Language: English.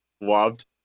loved